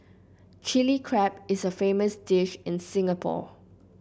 Chilli Crab is a famous dish in Singapore